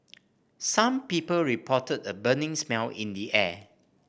some people reported a burning smell in the air